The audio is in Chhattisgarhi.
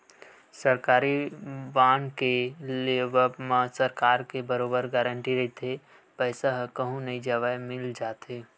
सरकारी बांड के लेवब म सरकार के बरोबर गांरटी रहिथे पईसा ह कहूँ नई जवय मिल जाथे